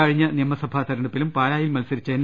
കഴിഞ്ഞ നിയമസഭാ തെരഞ്ഞെടുപ്പിലും പാലായിൽ മത്സരിച്ച എൻ